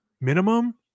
minimum